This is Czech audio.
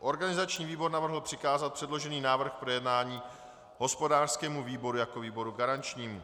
Organizační výbor navrhl přikázat předložený návrh k projednání hospodářskému výboru jako výboru garančnímu.